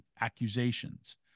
accusations